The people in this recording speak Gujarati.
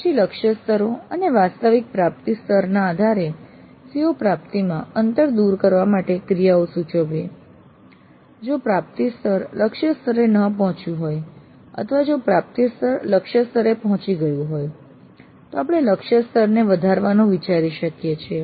પછી લક્ષ્ય સ્તરો અને વાસ્તવિક પ્રાપ્તિ સ્તરના આધારે CO પ્રાપ્તિમાં અંતર દૂર કરવા માટે ક્રિયાઓ સૂચવવી જો પ્રાપ્તિ સ્તર લક્ષ્ય સ્તરે ન પહોંચ્યું હોય અથવા જો પ્રાપ્તિ સ્તર લક્ષ્ય સ્તરે પહોંચી ગયું હોય તો આપણે લક્ષ્ય સ્તરને વધારવાનું વિચારી શકીએ છીએ